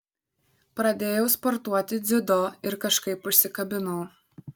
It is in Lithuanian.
pradėjau sportuoti dziudo ir kažkaip užsikabinau